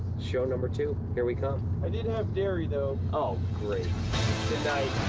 show number two, here we come. i did have dairy, though. oh, great. good night.